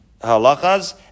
halachas